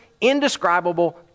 indescribable